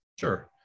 Sure